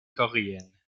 coréenne